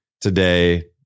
today